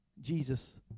Jesus